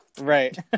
right